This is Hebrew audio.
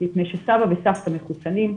מפני שסבא וסבתא מחוסנים,